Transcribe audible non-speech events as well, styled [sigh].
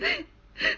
[laughs]